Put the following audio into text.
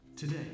Today